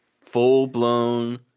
Full-blown